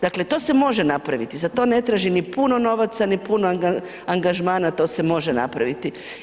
Dakle, to se može napraviti, za to ne taži ni puno novaca, ni puno angažmana to se može napraviti.